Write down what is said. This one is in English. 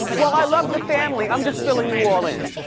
well i love the family, i'm just filling you all in.